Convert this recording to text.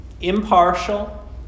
impartial